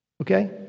Okay